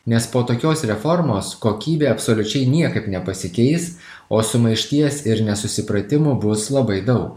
nes po tokios reformos kokybė absoliučiai niekaip nepasikeis o sumaišties ir nesusipratimų bus labai daug